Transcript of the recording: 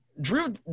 Drew